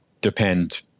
depend